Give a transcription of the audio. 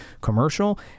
commercial